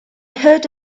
heard